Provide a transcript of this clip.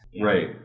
Right